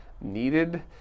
needed